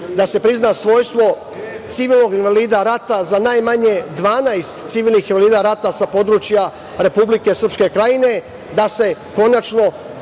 da se prizna svojstvo civilnog invalida rata za najmanje 12 civilnih invalida rata sa područja Republike Srpske krajine, da se konačno